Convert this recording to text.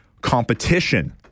competition